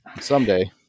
someday